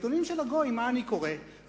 מה אני קורא בעיתונים של הגויים?